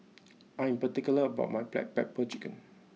I am particular about my Black Pepper Chicken